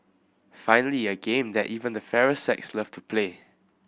finally a game that even the fairer sex loved to play